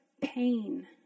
pain